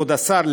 כבוד השר,